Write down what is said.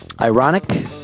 ironic